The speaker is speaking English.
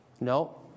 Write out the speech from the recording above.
No